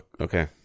Okay